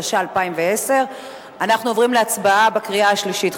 התשע"א 2011. אנחנו עוברים להצבעה בקריאה שלישית,